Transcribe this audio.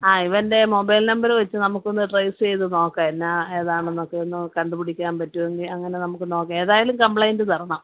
ആ ഇവൻ്റെ mobile number വെച്ച് നമുക്കൊന്നു ട്രേസ് ചെയ്തു നോക്കാം എന്നാ ഏതാണെന്നൊക്കെ ഒന്ന് കണ്ടുപിടിക്കാം പറ്റുവെങ്കിൽ അങ്ങനെ നമുക്ക് നോക്കാം ഏതായാലും കംപ്ലൈൻറ്റ് തരണം